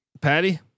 Patty